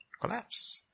Collapse